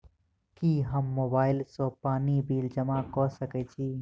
की हम मोबाइल सँ पानि बिल जमा कऽ सकैत छी?